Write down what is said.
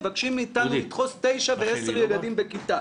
מבקשים מאיתנו לדחוס 9 ו-10 ילדים בכיתה.